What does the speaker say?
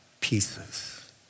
pieces